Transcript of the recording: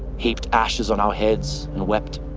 heaped ashes on our heads and wept.